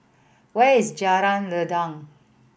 where is Jalan Rendang